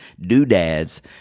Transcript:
doodads